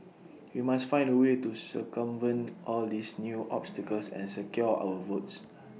we must find A way to circumvent all these new obstacles and secure our votes